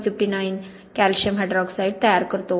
59 calcium hydroxide तयार करतो